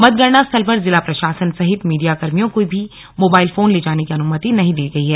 मतंगणना स्थल पर जिला प्रशासन सहित मीडिया कर्मियों को भी मोबाइल फोन ले जाने की अनुमति नहीं दी गई है